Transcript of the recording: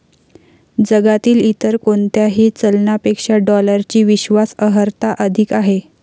जगातील इतर कोणत्याही चलनापेक्षा डॉलरची विश्वास अर्हता अधिक आहे